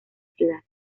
ciudad